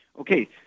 Okay